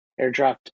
airdropped